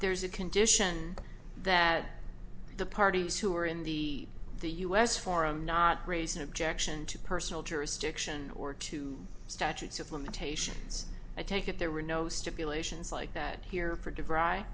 there's a condition that the parties who are in the the us forum not raise an objection to personal jurisdiction or two statutes of limitations i take it there were no stipulations like that here for dry